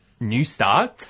Newstart